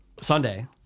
Sunday